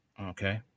Okay